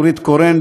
נורית קורן,